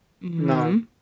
No